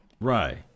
Right